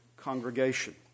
congregation